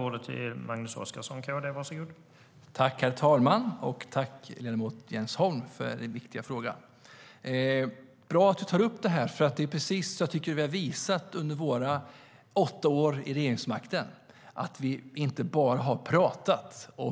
Herr talman! Jag tackar ledamoten Jens Holm för hans viktiga fråga. Det är bra att du tar upp det här, Jens Holm, för det är precis det jag tycker att vi visade under våra åtta år vid regeringsmakten: att vi inte bara pratade och